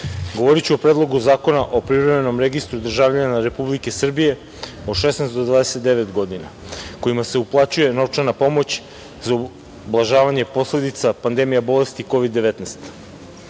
govoriću o Predlogu zakona o privremenom registru državljana Republike Srbije od 16 do 29 godina, kojima se uplaćuje novčana pomoć za ublažavanje posledica pandemija bolesti Kovid